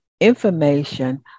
information